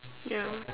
ya